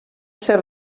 ser